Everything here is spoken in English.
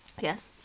Yes